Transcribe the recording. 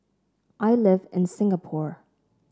I live in Singapore